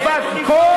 לבד, תגידו לו בפנים.